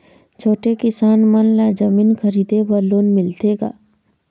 छोटे किसान मन ला जमीन खरीदे बर लोन मिलथे का?